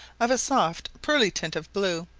of a soft pearly tint of blue,